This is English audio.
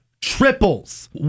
triples